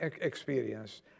experience